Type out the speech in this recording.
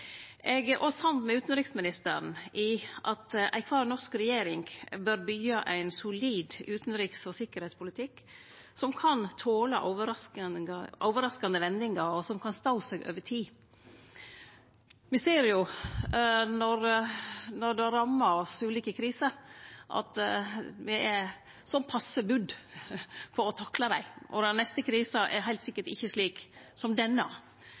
Eg er samd med utanriksministren i at kvar norske regjering bør byggje ein solid utanriks- og sikkerheitspolitikk, som kan tole overraskande vendingar, og som kan stå seg over tid. Me ser at når ulike kriser rammar oss, er me sånn passe budde på å takle dei, og den neste krisa er heilt sikkert ikkje slik som denne.